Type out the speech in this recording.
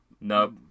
Nope